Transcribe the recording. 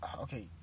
okay